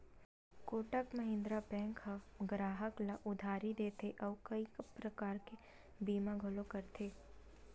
Kotak Mahindra bank ह गराहक ल उधारी देथे अउ कइ परकार के बीमा घलो करथे